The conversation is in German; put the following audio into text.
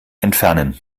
entfernen